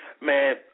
Man